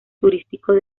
turísticos